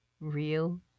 Real